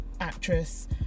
actress